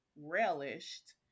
relished